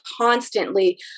constantly